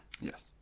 Yes